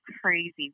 crazy